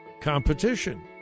Competition